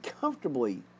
comfortably